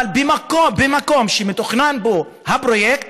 אבל במקום שמתוכנן בו הפרויקט